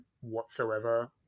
whatsoever